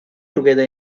together